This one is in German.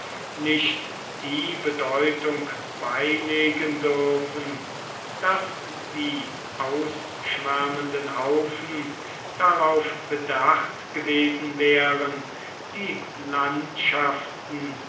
nicht die bedeutung beilegen dürfen daß die ausschwärmenden haufen darauf bedacht gewesen wären die landschaften